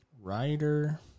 writer